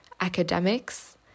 academics